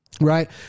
Right